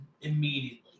immediately